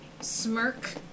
smirk